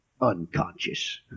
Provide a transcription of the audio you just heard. unconscious